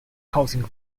causing